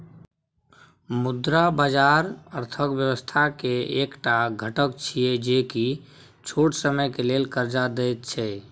मुद्रा बाजार अर्थक व्यवस्था के एक टा घटक छिये जे की छोट समय के लेल कर्जा देत छै